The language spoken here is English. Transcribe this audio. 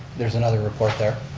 there's another report there,